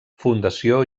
fundació